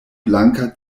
blanka